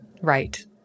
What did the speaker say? Right